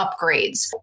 upgrades